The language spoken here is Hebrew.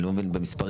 אני לא מבין במספרים.